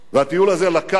והטיול הזה לקח,